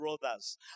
Brothers